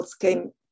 came